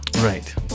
Right